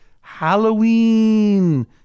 Halloween